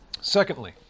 Secondly